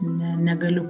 ne negaliu